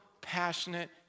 passionate